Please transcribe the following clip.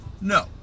No